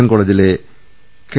N കോളജിലെ K